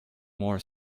more